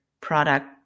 product